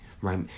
right